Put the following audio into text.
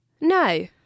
No